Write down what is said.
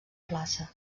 plaça